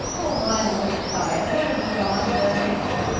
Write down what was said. oh, lionel hezekiah, what have you gone and done now?